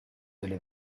delle